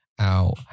out